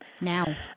Now